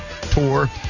Tour